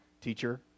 teacher